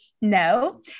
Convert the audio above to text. no